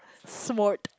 smart